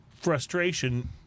frustration